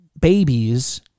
babies